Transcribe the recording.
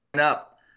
up